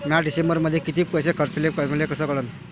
म्या डिसेंबरमध्ये कितीक पैसे खर्चले मले कस कळन?